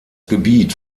gebiet